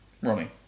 Ronnie